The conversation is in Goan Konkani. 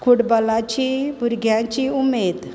फुटबॉलाची भुरग्यांची उमेद